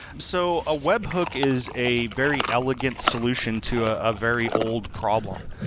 so a webhook is a very elegant solution to a a very old problem.